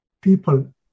people